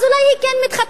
אז אולי היא כן מתחתנת.